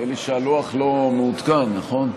נדמה לי שהלוח לא מעודכן, נכון?